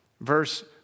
Verse